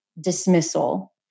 dismissal